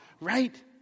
Right